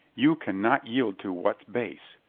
you can not yield to what's base.